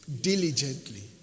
Diligently